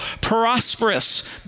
prosperous